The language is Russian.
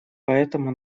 поэтому